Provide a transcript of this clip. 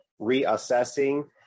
reassessing